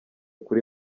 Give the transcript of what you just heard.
kuri